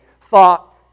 thought